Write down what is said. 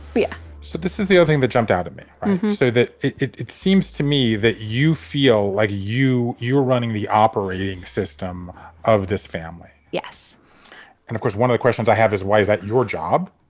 but yeah so this is the thing that jumped out at me so that it it seems to me that you feel like you you were running the operating system of this family. yes. and and of course, one of the questions i have is, why is that your job?